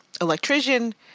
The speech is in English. electrician